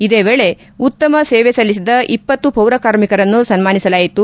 ಇದೇ ವೇಳೆ ಉತ್ತಮ ಸೇವೆ ಸಲ್ಲಿಸಿದ ಇಪ್ಪತ್ತು ಪೌರಕಾರ್ಮಿಕರನ್ನು ಸನ್ಮಾನಿಸಲಾಯಿತು